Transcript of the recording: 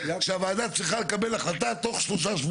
האם זה 1,500 מ"ר שיש בו רק שטחים עיקריים או רק שטחי שירות.